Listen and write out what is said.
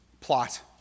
plot